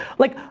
like,